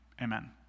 Amen